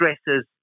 stresses